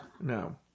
No